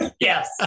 Yes